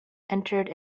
entered